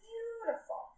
Beautiful